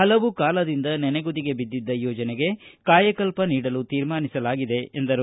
ಹಲವು ಕಾಲದಿಂದ ನೆನೆಗುದಿಗೆ ಬಿದ್ದಿದ್ದ ಯೋಜನೆಗೆ ಕಾಯಕಲ್ಪ ನೀಡಲು ತೀರ್ಮಾನಿಸಲಾಗಿದೆ ಎಂದರು